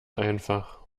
einfach